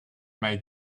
made